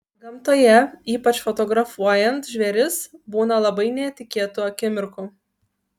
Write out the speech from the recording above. gamtoje ypač fotografuojant žvėris būna labai netikėtų akimirkų